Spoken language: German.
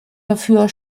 dafür